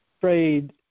trade